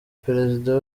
perezida